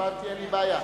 אין לי בעיה.